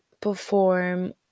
perform